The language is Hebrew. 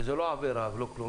וזה לא עבירה ולא כלום,